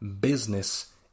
business